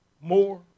more